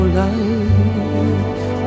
life